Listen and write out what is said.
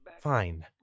fine